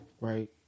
Right